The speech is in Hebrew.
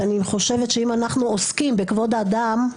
ואני חושבת שאם אנחנו עוסקים בכבוד האדם,